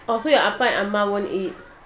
oh so your appa and amma won't eat